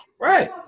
Right